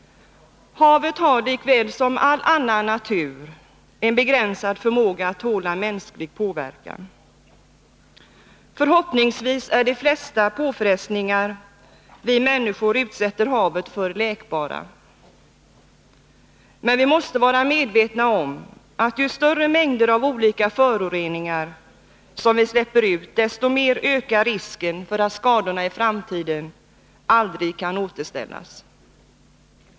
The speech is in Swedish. Havet har, lika väl som all annan natur, en begränsad förmåga att tåla mänsklig påverkan. Förhoppningsvis är de flesta påfrestningar vi människor utsätter havet för läkbara. Men vi måste vara medvetna om att ju större mängder av olika föroreningar som vi släpper ut, desto mer ökar risken för att skadorna i framtiden aldrig kan läkas.